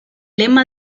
lema